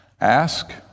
Ask